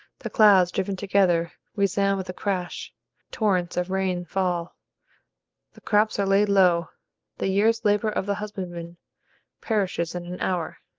the clouds, driven together, resound with a crash torrents of rain fall the crops are laid low the year's labor of the husbandman perishes in an hour.